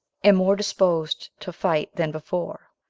and more disposed to fight than before.